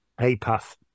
apath